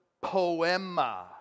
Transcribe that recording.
poema